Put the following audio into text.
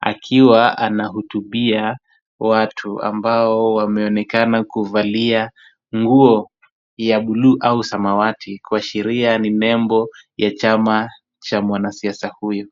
akiwa anahutubia watu ambao wameonekana kuvalia nguo ya buluu au samawati kuashiria ni nembo ya chama cha mwanasiasa huyu.